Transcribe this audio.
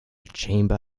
chamber